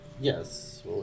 Yes